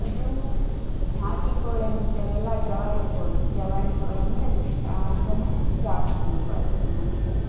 ಅದೂ ನಾಟಿ ಕೋಳಿ ಅಂಥವಲ್ಲ ಜವಾರಿ ಕೋಳಿ ಜವಾರಿ ಕೋಳಿ ಅಂದರೆ ಇಷ್ಟ ಅದನ್ನು ಜಾಸ್ತಿ ಬಳಸೋದು ನಮ್ಮ ಮನೇಲ್ಲಿ